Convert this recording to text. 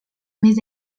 més